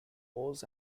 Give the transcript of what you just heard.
poles